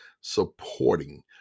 supporting